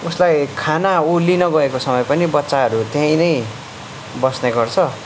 उसलाई खाना ऊ लिन गएको समय पनि बच्चाहरू त्यहीँ नै बस्ने गर्छ